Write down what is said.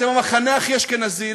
אתם המחנה הכי אשכנזי.